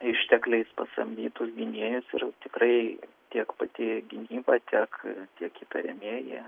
ištekliais pasamdytus gynėjus ir tikrai tiek pati gynyba tiek tiek įtariamieji